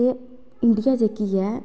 India जेह्की ऐ